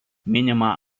minima